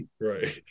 Right